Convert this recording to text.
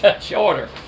shorter